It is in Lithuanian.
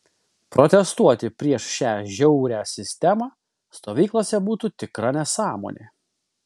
protestuoti prieš šią žiaurią sistemą stovyklose būtų tikra nesąmonė